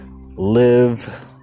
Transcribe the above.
live